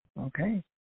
Okay